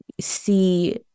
see